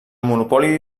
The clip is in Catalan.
monopoli